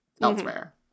elsewhere